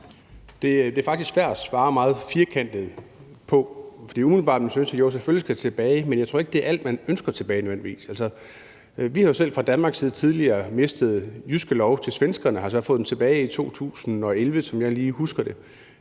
Det er faktisk svært at svare meget firkantet på. For umiddelbart synes vi jo selvfølgelig, at det skal tilbage, men jeg tror ikke, det nødvendigvis er alt, man ønsker tilbage. Altså, vi har jo selv fra Danmarks side tidligere mistet Jyske Lov til svenskerne og har så fået den tilbage i 2011, som jeg lige husker det,